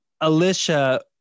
Alicia